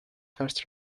first